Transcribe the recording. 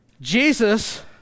Jesus